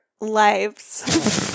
lives